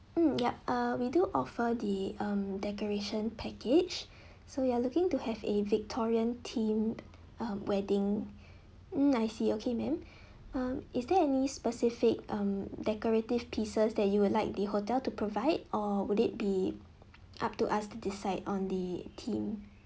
mm yup uh we do offer the um decoration package so you are looking to have a victorian themed uh wedding mm I see okay ma'am um is there any specific um decorative pieces that you would like the hotel to provide or would it be up to us to decide on the theme